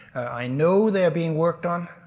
i know they are being worked on.